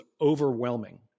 overwhelming